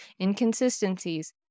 inconsistencies